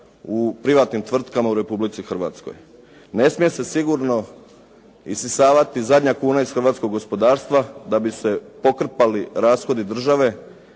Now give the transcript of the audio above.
u privatnim tvrtkama u Republici Hrvatskoj. Ne smije se sigurno isisavati zadnja kuna iz hrvatskog gospodarstva da bi se pokrpali rashodi države,